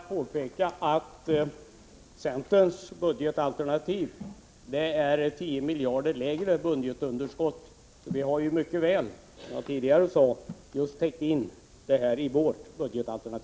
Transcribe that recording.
Herr talman! Låt mig då bara påpeka att centerns budgetalternativ uppvisar ett underskott som är 10 miljarder lägre än i regeringsförslaget. Som jag tidigare sade, har vi mycket väl täckt in våra förslag.